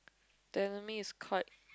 the enemy is quite